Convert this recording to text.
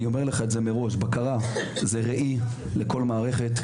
אני אומר לך את זה מראש, בקרה זו ראי לכל מערכת.